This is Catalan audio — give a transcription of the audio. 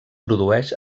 produeix